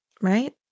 right